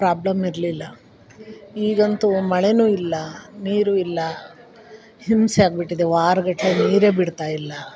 problem ಇರಲಿಲ್ಲ ಈಗಂತು ಮಳೇನು ಇಲ್ಲ ನೀರು ಇಲ್ಲ ಹಿಂಸೆ ಆಗಿಬಿಟ್ಟಿದೆ ವಾರಗಟ್ಲೇ ನೀರು ಬಿಡ್ತಾಯಿಲ್ಲ